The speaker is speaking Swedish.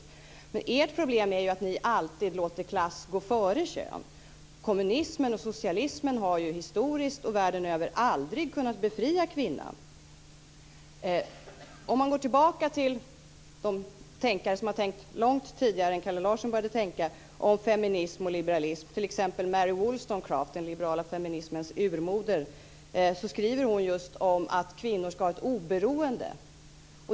Men ert problem är ju att ni alltid låter klass gå före kön. Historiskt har ju kommunismen och socialismen världen över aldrig kunnat befria kvinnan. Man kan gå tillbaka till de tänkare som har tänkt långt tidigare än Kalle Larsson började tänka om feminism och liberalism, t.ex. Mary Wollstonecraft, den liberala feminismens urmoder. Hon skriver just om att kvinnor ska ha ett oberoende.